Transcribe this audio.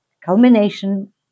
culmination